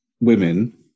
women